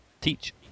teach